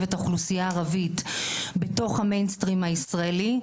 את האוכלוסייה הערבית בתוך המיינסטרים הישראלי.